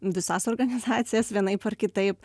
visas organizacijas vienaip ar kitaip